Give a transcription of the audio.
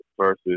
versus